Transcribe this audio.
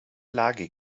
lage